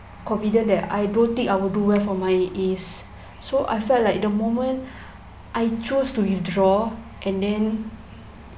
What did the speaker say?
confident that I don't think I'll do well for my As so I felt like the moment I chose to withdraw and then